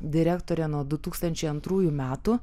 direktorė nuo du tūkstančiai antrųjų metų